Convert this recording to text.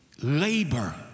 labor